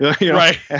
right